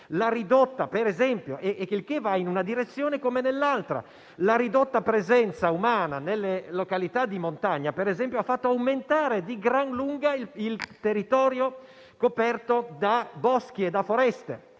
dell'uomo con l'ambiente, che va in una direzione come nell'altra. La ridotta presenza umana nelle località di montagna - per esempio - ha fatto aumentare di gran lunga il territorio coperto da boschi e da foreste.